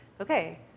okay